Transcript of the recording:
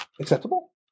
Acceptable